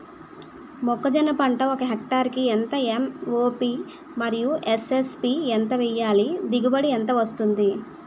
మొక్కజొన్న పంట ఒక హెక్టార్ కి ఎంత ఎం.ఓ.పి మరియు ఎస్.ఎస్.పి ఎంత వేయాలి? దిగుబడి ఎంత వస్తుంది?